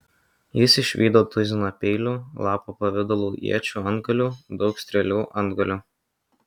jis išvydo tuziną peilių lapo pavidalo iečių antgalių daug strėlių antgalių